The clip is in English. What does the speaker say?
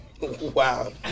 Wow